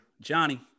Johnny